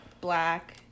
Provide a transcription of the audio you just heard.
black